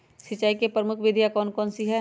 सिंचाई की प्रमुख विधियां कौन कौन सी है?